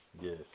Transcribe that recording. Yes